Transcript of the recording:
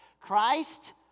Christ